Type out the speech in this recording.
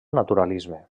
naturalisme